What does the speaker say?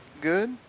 good